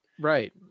Right